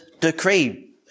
decree